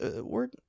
word